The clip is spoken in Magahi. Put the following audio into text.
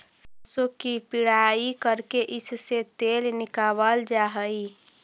सरसों की पिड़ाई करके इससे तेल निकावाल जा हई